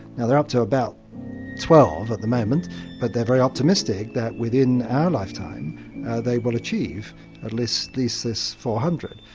and they're up to about twelve at the moment but they're very optimistic that within our lifetime they will achieve at least this this four hundred.